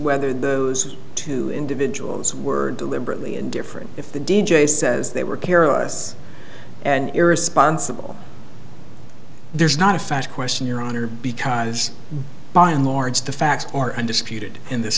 whether those two individuals were deliberately and different if the deejay says they were careless and irresponsible there's not a fact question your honor because by and large the facts are undisputed in this